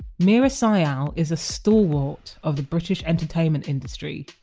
meera syal is a stalwart of the british entertainment industry,